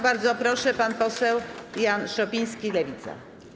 Bardzo proszę, pan poseł Jan Szopiński, Lewica.